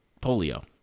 polio